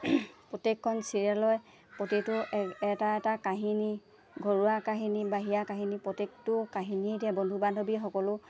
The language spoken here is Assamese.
প্ৰত্যেকখন চিৰিয়েলৰে প্ৰতিটো এটা এটা কাহিনী ঘৰুৱা কাহিনী বাহিৰা কাহিনী প্ৰত্যেকটো কাহিনী এতিয়া বন্ধু বান্ধৱী সকলো